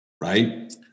Right